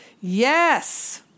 Yes